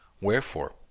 Wherefore